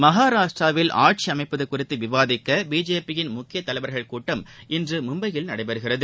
மஹாராஷ்ட்ராவில் ஆட்சி அமைப்பது குறித்து விவாதிக்க பிஜேபியின் முக்கியத் தலைவர்கள் கூட்டம் இன்று மும்பையில் நடைபெறுகிறது